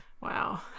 Wow